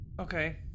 Okay